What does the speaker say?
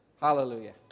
Hallelujah